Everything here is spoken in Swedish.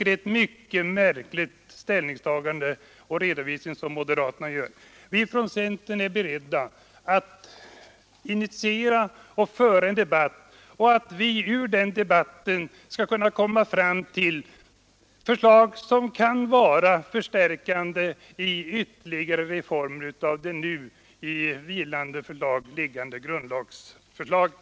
Det är ett mycket märkligt ställningstagande och en märklig redovisning som moderaterna gör. Vi från centern är beredda att initiera och föra en bred debatt, ur vilken det skall kunna komma fram förslag som kan ytterligare förstärka det nu vilande grundlagsförslaget.